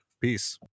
Peace